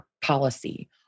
policy